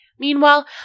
Meanwhile